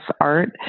art